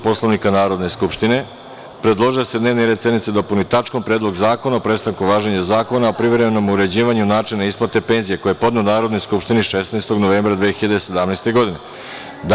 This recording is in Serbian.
Poslovnika Narodne skupštine, predložio je da se dnevni red sednice dopuni tačkom – Predlog zakona o prestanku važenja Zakona o privremenom uređivanju načina isplate penzija, koji je podneo Narodnoj skupštini 16. novembra 2017. godine.